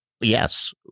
yes